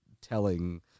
telling